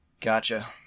Gotcha